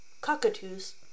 cockatoos